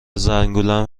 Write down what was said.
زنگولم